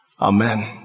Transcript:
Amen